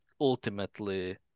ultimately